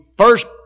first